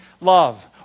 love